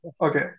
okay